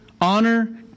honor